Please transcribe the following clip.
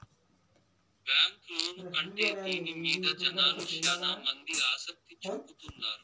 bank loan కంటే దీని మీద జనాలు శ్యానా మంది ఆసక్తి చూపుతున్నారు